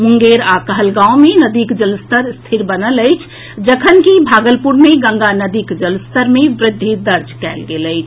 मुंगेर आ कहलगांव मे नदीक जलस्तर स्थिर बनल अछि जखनकि भागलपुर मे गंगा नदीक जलस्तर मे वृद्धि दर्ज कएल गेल अछि